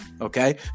okay